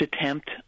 attempt